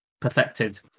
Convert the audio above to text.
perfected